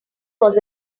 was